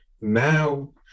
now